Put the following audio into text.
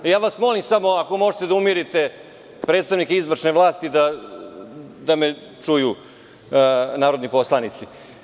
Molim vas, ako možete da umirite predstavnike izvršne vlasti, kako bi me čuli narodni poslanici.